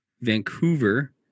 vancouver